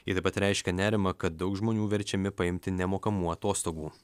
ji taip pat reiškė nerimą kad daug žmonių verčiami paimti nemokamų atostogų